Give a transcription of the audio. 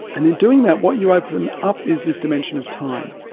and in doing that, what you open up is this dimension of time.